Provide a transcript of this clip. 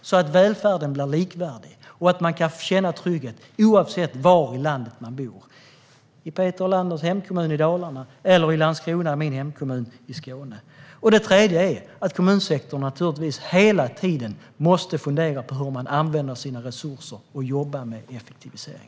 Det handlar om att göra välfärden likvärdig och att människor ska känna trygghet oavsett var i landet de bor - i Peter Helanders hemkommun i Dalarna eller i min hemkommun Landskrona i Skåne. Det tredje är att kommunsektorn naturligtvis hela tiden måste fundera på hur den använder sina resurser och jobba med effektivisering.